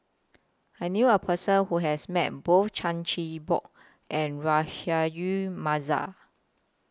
I knew A Person Who has Met Both Chan Chin Bock and Rahayu Mahzam